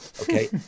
okay